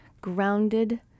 grounded